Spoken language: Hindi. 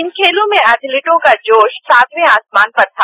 इन खेलों में एथलीटों का जोश सातवें आसमान पर था